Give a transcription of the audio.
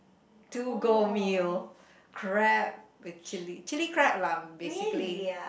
to go meal crab with chili chili crab lah basically